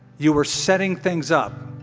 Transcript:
you were setting things up.